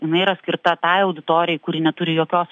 jinai yra skirta tai auditorijai kuri neturi jokios